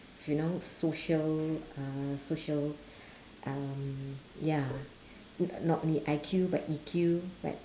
you know social uh social um ya n~ not only I_Q but E_Q but